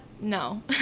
no